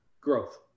growth